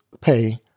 pay